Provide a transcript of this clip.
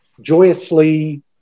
joyously